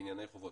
בענייני חובות.